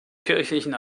kirchlichen